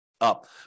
up